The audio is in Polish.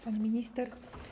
Pani Minister!